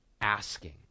asking